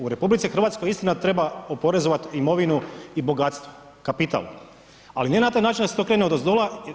U RH istina treba oporezovat imovinu i bogatstvo, kapital, ali ne na taj način da se to krene odozdola.